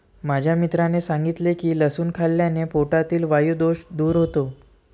माझ्या मित्राने सांगितले की लसूण खाल्ल्याने पोटातील वायु दोष दूर होतो